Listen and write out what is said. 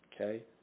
Okay